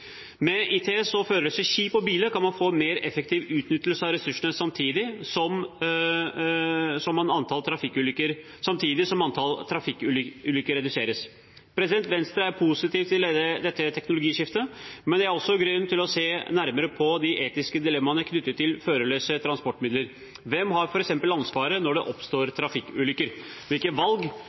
Med ITS-løsninger og førerløse skip og biler kan man få en mer effektiv utnyttelse av ressursene samtidig som antall trafikkulykker reduseres. Venstre er positiv til dette teknologiskiftet, men det er også grunn til å se nærmere på de etiske dilemmaene knyttet til førerløse transportmidler. Hvem har f.eks. ansvaret når det oppstår trafikkulykker? Hvilke valg